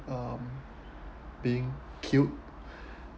um being killed